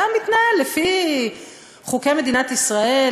אתה מתנהל לפי חוקי מדינת ישראל,